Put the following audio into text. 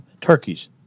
turkeys